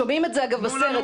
שומעים את זה אגב בסרט,